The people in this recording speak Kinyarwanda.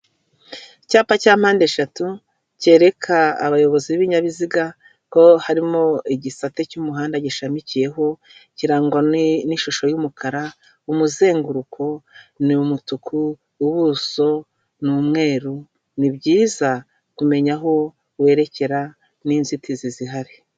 Icyapa cya mpandeshatu cyereka abayobozi b'ibinyabiziga ko harimo igisate cy'umuhanda gishamikiyeho kirangwa n'ishusho y'umukara, umuzenguruko ni umutuku ubuso n'umweru ni byiza kumenya aho werekeraza n'inzitizi zihari.